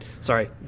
Sorry